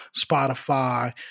Spotify